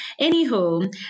anywho